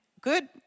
good